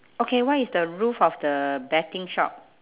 okay what is the roof of the betting shop